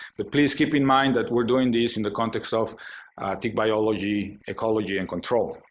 but please keep in mind that we're doing this in the context of tick biology, ecology, and control.